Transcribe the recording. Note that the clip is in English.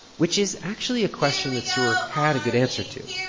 which is actually a question that sroor had a good answer to.